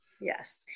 yes